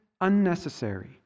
unnecessary